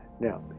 now